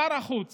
שר החוץ